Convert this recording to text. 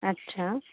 अच्छा